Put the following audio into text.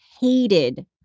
hated